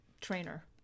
trainer